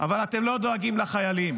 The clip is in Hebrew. אבל אתם לא דואגים לחיילים,